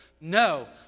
No